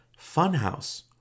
Funhouse